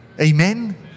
Amen